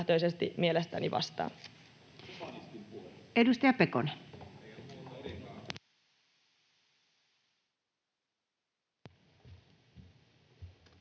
mielestäni vastaa.